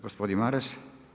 Gospodin Maras.